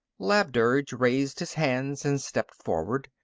labdurg raised his hands and stepped forward.